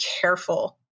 careful